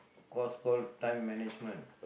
a course called time management